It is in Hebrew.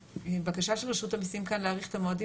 הבקשה של רשות המיסים כאן להאריך את המועדים